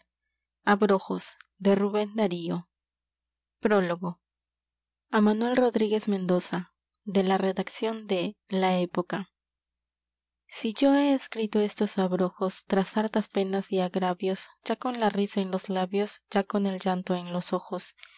axjékt x etio santiago de chile imprenta cervantes calle de la bandera número prólogo y jaanuel rodríguez jaendoza de la redacción de la epoca yo he escrito estos abrojos agravios tras hartas penas y wya con la risa en los labios ya con el llanto en los ojos